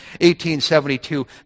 1872